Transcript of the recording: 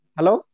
Hello